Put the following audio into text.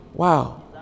Wow